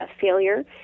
failure